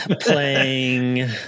playing